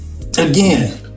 again